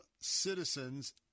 citizens